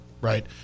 right